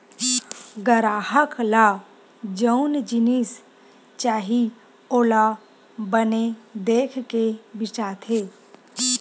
गराहक ल जउन जिनिस चाही ओला बने देख के बिसाथे